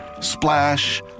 splash